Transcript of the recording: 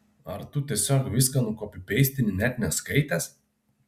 ar tu tiesiog viską kopipeistini net neskaitęs